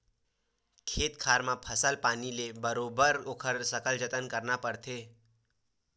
खेत खार म फसल पानी ले बर बरोबर ओखर सकला जतन करे बर परथे